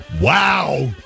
Wow